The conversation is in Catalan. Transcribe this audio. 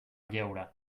lleure